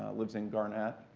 ah lives in garnett,